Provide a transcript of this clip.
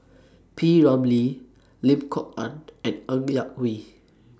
P Ramlee Lim Kok Ann and Ng Yak Whee